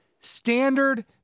standard